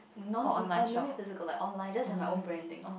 non err no need physical like online just have my own branding